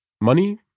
Money